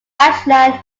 ashland